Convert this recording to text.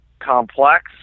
complex